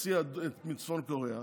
נשיא צפון קוריאה,